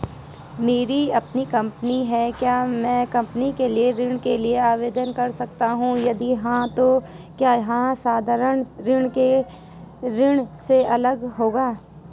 मेरी अपनी कंपनी है क्या मैं कंपनी के लिए ऋण के लिए आवेदन कर सकता हूँ यदि हाँ तो क्या यह साधारण ऋण से अलग होगा?